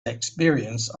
experience